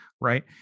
right